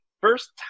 first